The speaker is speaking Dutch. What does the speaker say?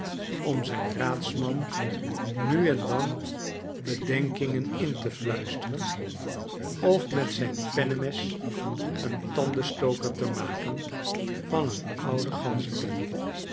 om zijn raadsman nu en dan bedenkingen in te fluisterenof met zijn pennemes een tandenstoker te maken van een oude ganzenpen